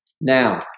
Now